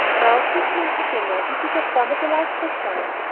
now take me in to dinner, and be your former delightful self.